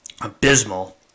abysmal